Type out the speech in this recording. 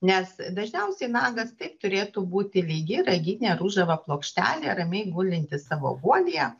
nes dažniausiai nagas taip turėtų būti lygi raginė ružava plokštelė ramiai gulinti savo guolyje